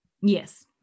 yes